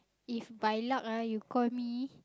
if by luck ah you call me